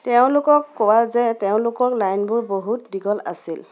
তেওঁলোকক কোৱা যে তেওঁলোকৰ লাইনবোৰ বহুত দীঘল আছিল